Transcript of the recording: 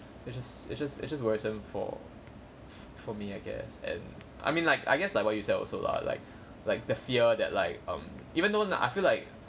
it's just it's just it's just worrisome for for me I guess and I mean like I guess like what you said also lah like like the fear that like um even though now I feel like